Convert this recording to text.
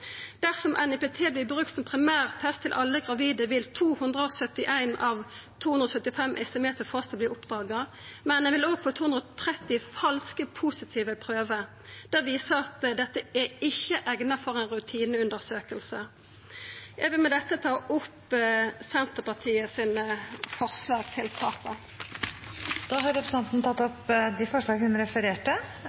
Dersom NIPT vert brukt som primærtest for alle gravide, vil 271 av 275 estimerte tilfelle av foster verta oppdaga, men ein vil òg få 230 falske positive prøver. Det viser at dette er ikkje eigna for ei rutineundersøking. Eg vil med dette ta opp Senterpartiets forslag til saka. Da har representanten Kjersti Toppe tatt opp de forslag hun refererte